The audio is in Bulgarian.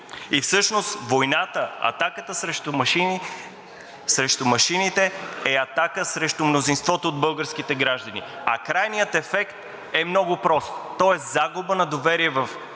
и всъщност войната, атаката срещу машините, е атака срещу мнозинството от българските граждани, а крайният ефект е много прост, той е загуба на доверие в изборния